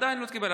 עדיין לא התקבל.